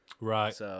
Right